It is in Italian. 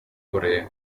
corea